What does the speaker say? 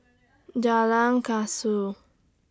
Jalan Kasau